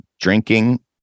drinking